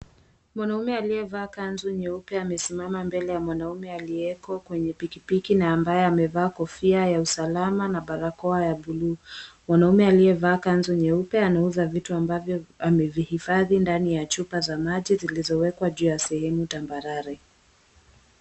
Mwanaume aliyevaa kanzu nyeupe amesimama mbele ya mwanaume aliyeko kwenye pikipiki ambaye amevaa kofia ya usalama na barakoa ya buluu. Mwanaume aliyevaa kanzu nyeupe anauza vitu ambavyo amevihifadhi ndani ya chupa za maji zilizowekwa juu ya sehemu tambarare.